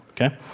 okay